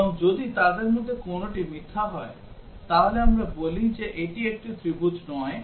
এবং যদি তাদের মধ্যে কোনটি মিথ্যা হয় তাহলে আমরা বলি যে এটি একটি ত্রিভুজ নয়